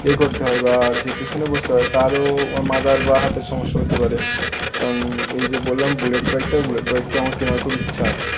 এ করতে হয় বা যে পিছনে বসতে হয় তারও মাজার বা হাতের সমস্যা হতে পারে এবং এই যে বললাম বুলেট বাইকটা বুলেট বাইকটা আমার কেনার খুব ইচ্ছা আছে